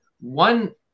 One